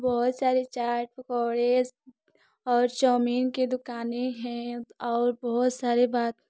बहुत सारी चाट पकौड़े और चाउमिन की दुकानें हैं और बहुत सारे बात